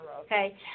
okay